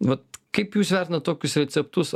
vat kaip jūs vertinat tokius receptus